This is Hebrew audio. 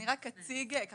אני רק אציג את